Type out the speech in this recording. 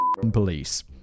police